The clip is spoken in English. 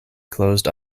closed